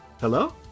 Hello